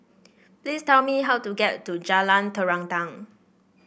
please tell me how to get to Jalan Terentang